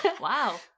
Wow